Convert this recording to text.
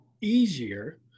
easier